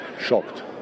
shocked